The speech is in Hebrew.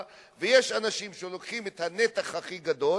יש אנשים שלוקחים את הנתח הכי גדול